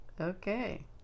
okay